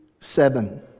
seven